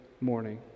morning